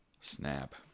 Snap